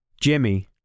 Jimmy